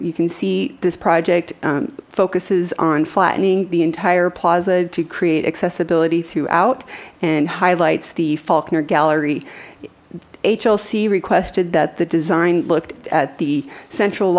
you can see this project focuses on flattening the entire plaza to create accessibility throughout and highlights the faulkner gallery a chelsea requested that the design i looked at the central